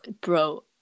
bro